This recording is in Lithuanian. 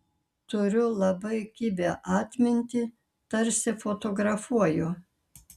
turiu labai kibią atmintį tarsi fotografuoju